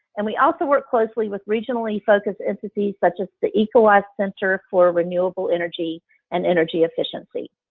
and we also work closely with regionally focused entities such as the ecowas center for renewable energy and energy efficiency.